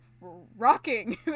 rocking